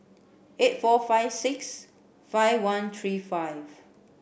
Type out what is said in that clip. eight four five six five one three five